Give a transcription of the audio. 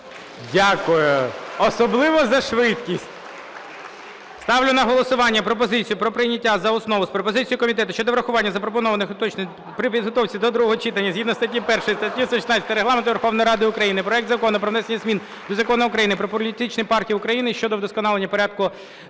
Дякую, особливо за швидкість.